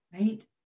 right